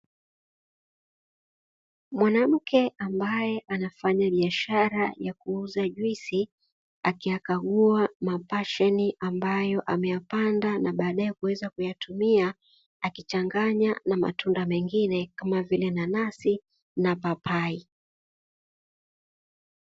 Mwanamke ambaye anafanya biashara ya kuuza juisi, akiyakagua mapassion ambayo ameyapanda na badae kuweza kuyatumia akichanganya na matunda mengine kama vile nanasi na papai.